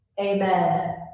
amen